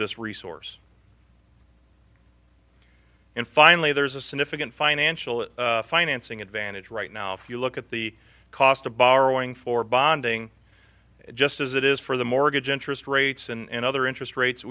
this resource and finally there's a significant financial financing advantage right now if you look at the cost of borrowing for bonding just as it is for the mortgage interest rates and other interest rates